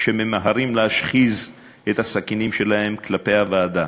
שממהרים להשחיז את הסכינים שלהם כלפי הוועדה,